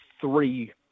three